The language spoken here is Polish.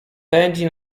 pędzi